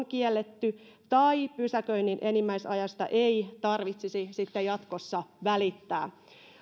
kielletty tai pysäköinnin enimmäisajasta ei tarvitsisi jatkossa välittää